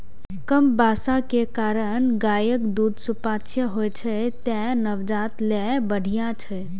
कम बसा के कारणें गायक दूध सुपाच्य होइ छै, तें नवजात लेल बढ़िया छै